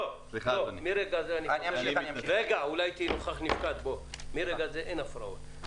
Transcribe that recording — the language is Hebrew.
מרגע זה אין הפרעות.